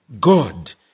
God